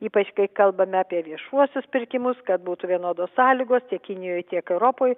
ypač kai kalbame apie viešuosius pirkimus kad būtų vienodos sąlygos tiek kinijoj tiek europoj